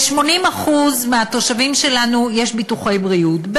ל-80% מהתושבים שלנו יש ביטוחי בריאות,